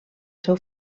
seu